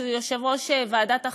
שהוא יושב-ראש ועדת החינוך,